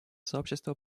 сообщество